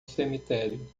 cemitério